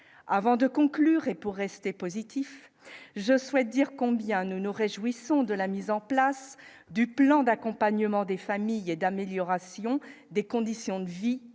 avant de conclure, et pour rester positif, je souhaite dire combien nous nous réjouissons de la mise en place du plan d'accompagnement des familles et d'amélioration des conditions de vie des